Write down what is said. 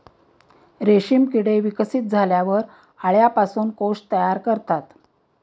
रेशीम किडे विकसित झाल्यावर अळ्यांपासून कोश तयार करतात